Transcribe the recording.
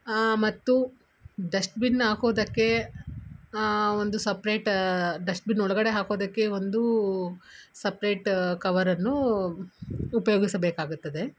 ಮತ್ತು ಡಸ್ಟ್ಬಿನ್ ಹಾಕೋದಕ್ಕೆ ಒಂದು ಸಪ್ರೇಟ್ ಡಸ್ಟ್ಬಿನ್ ಒಳಗಡೆ ಹಾಕೋದಕ್ಕೆ ಒಂದೂ ಸಪ್ರೇಟ್ ಕವರನ್ನೂ ಉಪಯೋಗಿಸಬೇಕಾಗತ್ತದೆ